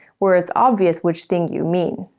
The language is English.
where it's obvious which thing you mean.